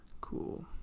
cool